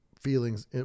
feelings